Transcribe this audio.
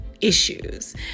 issues